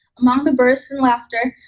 among the bursts in laughter,